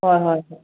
ꯍꯣꯏ ꯍꯣꯏ ꯍꯣꯏ